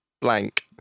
blank